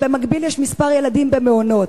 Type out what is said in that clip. שבמקביל יש כמה ילדים במעונות.